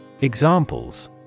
Examples